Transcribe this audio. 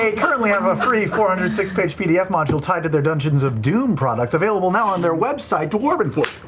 ah currently have a free four hundred and six page pdf module tied to their dungeons of doom products, available now on their website, dwarven forge.